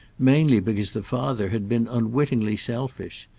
mainly because the father had been unwittingly selfish.